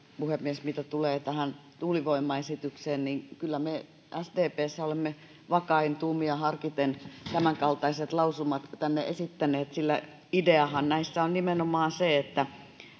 puhemies mitä tulee tähän tuulivoimaesitykseen niin kyllä me sdpssä olemme vakain tuumin ja harkiten tämänkaltaisia lausumia tänne esittäneet ideahan näissä on nimenomaan se että